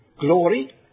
Glory